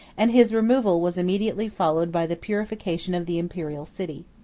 and his removal was immediately followed by the purification of the imperial city.